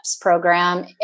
program